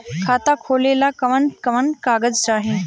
खाता खोलेला कवन कवन कागज चाहीं?